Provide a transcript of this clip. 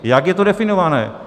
Jak je to definované?